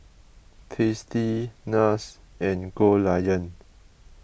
Tasty Nars and Goldlion